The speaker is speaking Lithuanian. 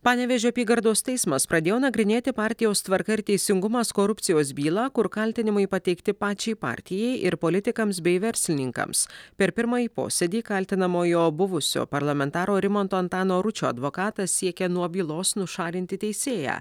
panevėžio apygardos teismas pradėjo nagrinėti partijos tvarka ir teisingumas korupcijos bylą kur kaltinimai pateikti pačiai partijai ir politikams bei verslininkams per pirmąjį posėdį kaltinamojo buvusio parlamentaro rimanto antano ručio advokatas siekia nuo bylos nušalinti teisėją